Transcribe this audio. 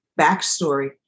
backstory